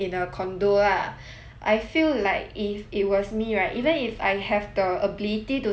I feel like if it was me right even if I have the ability to study abroad by myself right